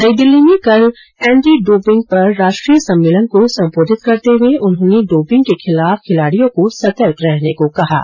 नई दिल्ली में कल एंटी डोपिंग पर राष्ट्रीय सम्मेलन को संबोधित करते हुए उन्होंने डोपिंग के खिलाफ खिलाडियों को सतर्क रहने को कहा है